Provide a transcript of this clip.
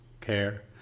care